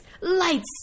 lights